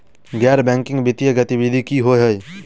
गैर बैंकिंग वित्तीय गतिविधि की होइ है?